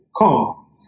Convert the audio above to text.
come